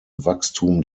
wachstum